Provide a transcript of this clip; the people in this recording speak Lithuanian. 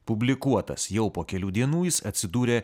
publikuotas jau po kelių dienų jis atsidūrė